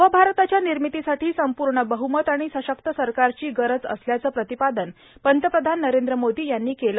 नव भारताच्या निर्मितीसाठी संपूर्ण बहमत आणि सशक्त सरकारची गरज असल्याचं प्रतिपादन पंतप्रधान नरेंद्र मोदी यांनी केलं